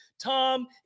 Tom